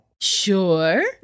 Sure